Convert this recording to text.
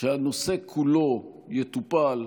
שהנושא כולו יטופל,